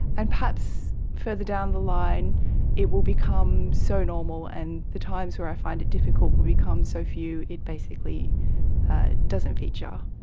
and perhaps further down the line it will become so normal and the times where i find it difficult will become so few, it basically doesn't feature.